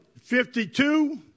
52